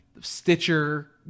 Stitcher